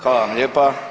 Hvala vam lijepa.